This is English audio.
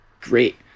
great